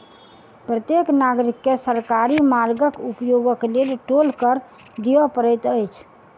प्रत्येक नागरिक के सरकारी मार्गक उपयोगक लेल टोल कर दिअ पड़ैत अछि